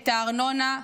את הארנונה,